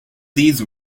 those